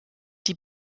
die